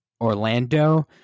Orlando